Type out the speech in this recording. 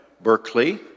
Berkeley